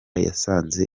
yasanze